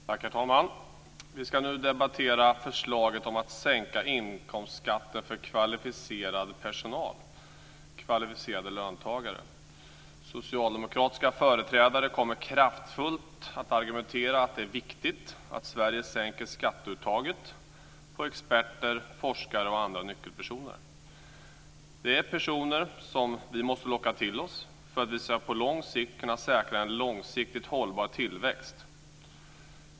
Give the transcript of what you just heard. Herr talman! Vi ska nu debattera förslaget om att sänka inkomstskatten för kvalificerade löntagare. Socialdemokratiska företrädare kommer kraftfullt att argumentera för att det är viktigt att Sverige sänker skatteuttaget på experter, forskare och andra nyckelpersoner. Det är personer som vi måste locka till oss för att vi ska kunna säkra en långsiktigt hållbar tillväxt.